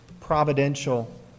providential